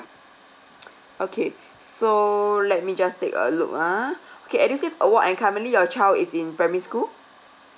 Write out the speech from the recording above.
okay so let me just take a look ah okay edusave award and currently your child is in primary school